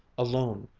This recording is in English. alone,